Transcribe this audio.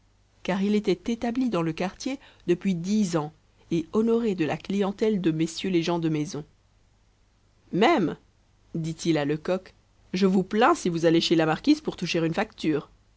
car il était établi dans le quartier depuis dix ans et honoré de la clientèle de messieurs les gens de maison même dit-il à lecoq je vous plains si vous allez chez la marquise pour toucher une facture